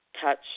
touch